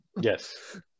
yes